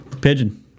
Pigeon